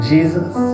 Jesus